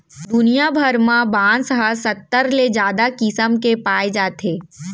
दुनिया भर म बांस ह सत्तर ले जादा किसम के पाए जाथे